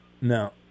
No